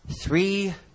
three